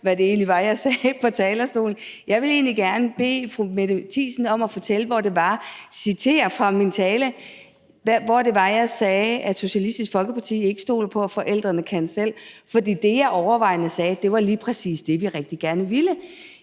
hvad det egentlig var, jeg sagde på talerstolen. Jeg vil egentlig gerne bede fru Mette Thiesen citere fra min tale, hvor jeg sagde, at Socialistisk Folkeparti ikke stoler på, at forældrene kan selv, for det, jeg overvejende sagde, var, at det var lige præcis det, vi rigtig gerne ville.